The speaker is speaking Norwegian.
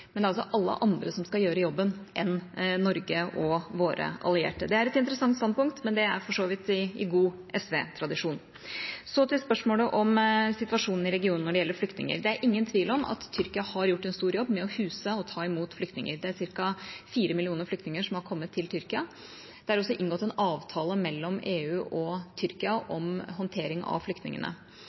men det er altså alle andre enn Norge og våre allierte som skal gjøre jobben. Det er et interessant standpunkt, men det er for så vidt i god SV-tradisjon. Så til spørsmålet om situasjonen i regionen når det gjelder flyktninger: Det er ingen tvil om at Tyrkia har gjort en stor jobb med å huse og ta imot flyktninger. Det er ca. 4 millioner flyktninger som har kommet til Tyrkia. Det er også inngått en avtale mellom EU og Tyrkia om håndtering av flyktningene.